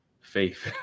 faith